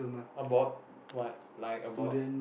about what like about